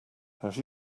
have